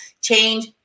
change